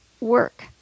work